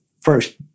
first